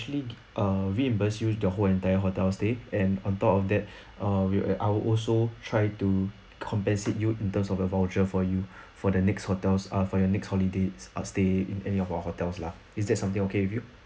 uh reimburse you the whole entire hotel stay and on top of that uh we'll our also try to compensate you in terms of a voucher for you for the next hotels uh for your next holidays ah stay in any of our hotels lah is that something okay with you